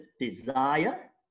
desire